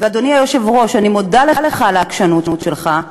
ואדוני היושב-ראש, אני מודה לך על העקשנות שלך.